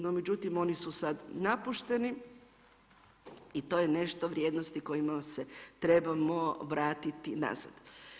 No međutim, oni su sad napušteni i to je nešto o vrijednosti kojima se trebamo vratiti nazad.